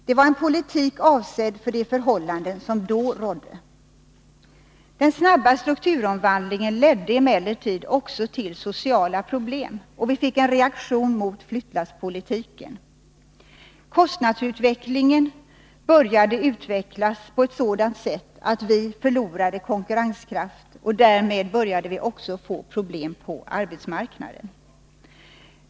Det var en politik avsedd för de förhållanden som då rådde. Den snabba strukturomvandlingen ledde emellertid också till sociala problem, och vi fick en reaktion mot ”flyttlasspolitiken”. Kostnaderna började utvecklas på ett sådant sätt att vi förlorade konkurrenskraft, och därmed började vi också få problem på arbetsmarknaden.